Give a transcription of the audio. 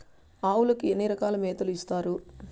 ఆవులకి ఎన్ని రకాల మేతలు ఇస్తారు?